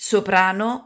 Soprano